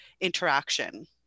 interaction